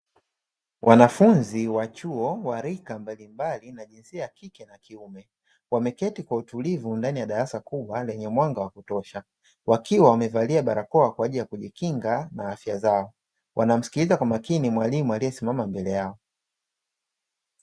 Wanafunzi wa chuo wa rika mbalimbali na jinsia ya kike na kiume, wameketi kwa utulivu ndani ya darasa kubwa lenye mwanga wa kutosha; wakiwa wamevalia barakoa kwaajili ya kujikinga na afya zao, wanamsikikiza kwa makini mwalimu aliyesimama mbele yao.